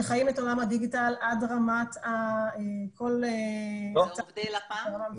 שחיים את עולם הדיגיטל עד רמת כל ה --- עובדי לפ"מ?